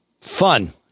Fun